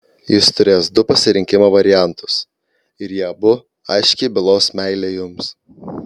jis turės du pasirinkimo variantus ir jie abu aiškiai bylos meilę jums